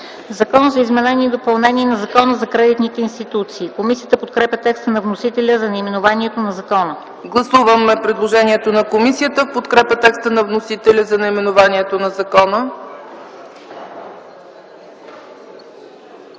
„Закон за изменение и допълнение на Закона за кредитните институции”. Комисията подкрепя текста на вносителя за наименованието на закона. ПРЕДСЕДАТЕЛ ЦЕЦКА ЦАЧЕВА: Гласуваме предложението на комисията в подкрепа текста на вносителя за наименованието на закона.